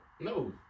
No